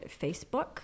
Facebook